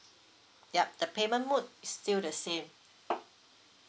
yup the payment mode it's still the same